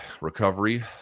recovery